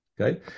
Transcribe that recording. Okay